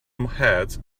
heads